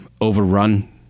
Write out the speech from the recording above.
Overrun